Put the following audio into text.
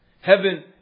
Heaven